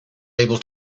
able